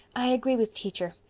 i agree with teacher.